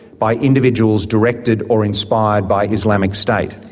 by individuals directed or inspired by islamic state.